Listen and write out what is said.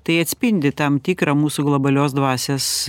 tai atspindi tam tikrą mūsų globalios dvasios